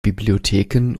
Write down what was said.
bibliotheken